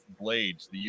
Blades